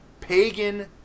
pagan